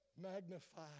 Magnify